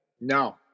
No